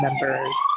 members